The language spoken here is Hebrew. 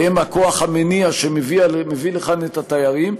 כי הם הכוח המניע שמביא לכאן את התיירים.